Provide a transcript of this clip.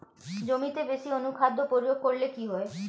জমিতে বেশি অনুখাদ্য প্রয়োগ করলে কি হয়?